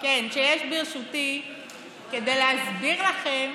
שיש לרשותי כדי להסביר לכם